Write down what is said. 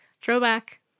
throwback